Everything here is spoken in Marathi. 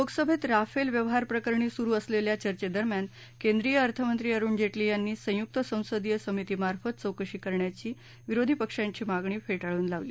लोकसभेत राफेल व्यवहारप्रकरणी सुरू असलेल्या चर्चेदरम्यान केंद्रीय अर्थमंत्री अरूण जेटली यांनी संयुक्त संसदीय समितीमार्फत चौकशी करण्याची विरोधी पक्षांची मागणी फेटाळून लावली